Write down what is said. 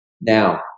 Now